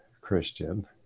Christian